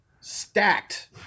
stacked